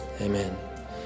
Amen